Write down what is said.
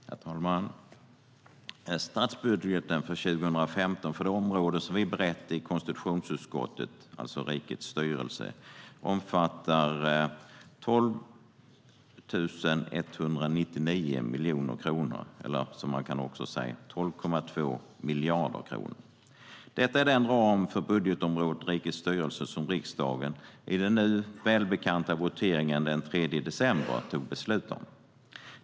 Herr talman! Statsbudgeten 2015 för det område vi berett i konstitutionsutskottet, Rikets styrelse, omfattar 12 199 miljoner kronor eller som man också kan säga - 12,2 miljarder kronor. Detta är den ram för budgetområdet Rikets styrelse som riksdagen i den nu välbekanta voteringen den 3 december tog beslut om.